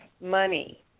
money